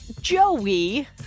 Joey